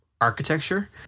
architecture